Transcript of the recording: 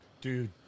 Dude